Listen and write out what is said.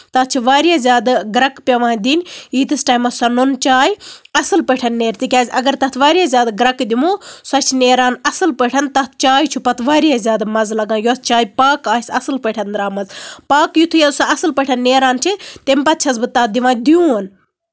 تَتھ چھِ واریاہ زیادٕ گرٮ۪کہٕ پیوان دِنۍ ییٖتِس ٹایمَس سۄ نُنہٕ چاے اَصٕل پٲٹھۍ نیرِ تِکیازِ اَگر تَتھ واریاہ زیادٕ گرٮ۪کہٕ سۄ چھِ نیران اَصٕل پٲٹھۍ تَتھ چاے چھُ پَتہٕ واریاہ زیادٕ مَزٕ لگان یۄس چاے پاکہٕ آسہِ اَصٕل پٲٹھۍ درامٕژ پاک یِتھُے حظ سۄ پٲٹھۍ نیران چھِ تَمہِ پَتہٕ چھَس بہٕ تَتھ دِوان دیوٗن